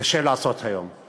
קשה לעשות היום;